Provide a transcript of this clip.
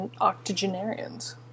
octogenarians